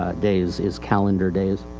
ah days is calendar days.